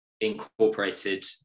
incorporated